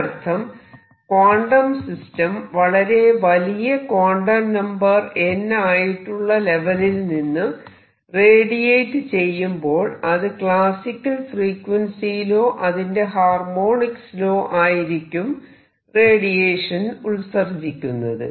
അതിനർത്ഥം quantum system വളരെ വലിയ ക്വാണ്ടം നമ്പർ n ആയിട്ടുള്ള ലെവലിൽ നിന്നും റേഡിയേറ്റ് ചെയ്യുമ്പോൾ അത് ക്ലാസിക്കൽ ഫ്രീക്വൻസിയിലോ അതിന്റെ ഹാർമോണിക്സിലോ ആയിരിക്കും റേഡിയേഷൻ ഉത്സർജ്ജിക്കുന്നത്